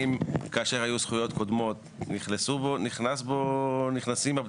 האם כאשר היו זכויות קודמות נכנס הפטור